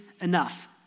enough